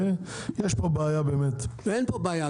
בעיה --- אין פה בעיה,